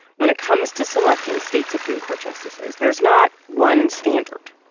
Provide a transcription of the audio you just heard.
when it comes to selecting state supreme court justices, there's not one standard.